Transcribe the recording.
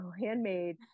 handmade